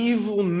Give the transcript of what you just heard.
Evil